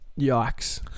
Yikes